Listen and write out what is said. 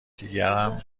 دیگران